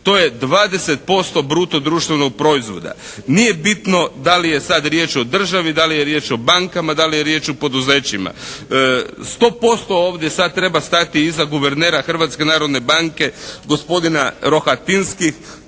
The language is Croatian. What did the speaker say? To je 20% bruto društvenog proizvoda. Nije bitno da li je sad riječ o državi, da li je riječ o bankama, da li je riječ o poduzećima. Sto posto ovdje sad treba stati iza guvernera Hrvatske narodne banke, gospodina Rohatinski,